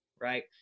Right